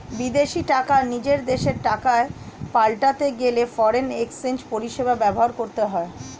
বিদেশী টাকা নিজের দেশের টাকায় পাল্টাতে গেলে ফরেন এক্সচেঞ্জ পরিষেবা ব্যবহার করতে হয়